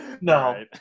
no